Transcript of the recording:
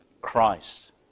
Christ